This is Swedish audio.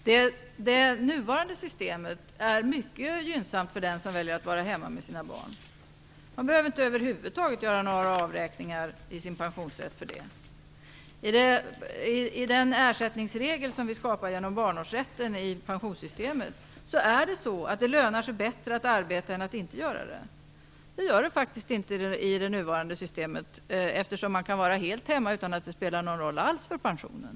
Herr talman! Det nuvarande systemet är mycket gynnsamt för den som väljer att vara hemma med sina barn. Man behöver över huvud taget inte göra några avräkningar i sin pensionsrätt för det. I och med den ersättningsregel som vi skapar genom barnårsrätten i pensionssystemet lönar det sig bättre att arbeta än att inte göra det. Det gör det faktiskt inte i det nuvarande systemet, eftersom man kan vara hemma helt och hållet utan att det spelar någon roll alls för pensionen.